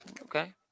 Okay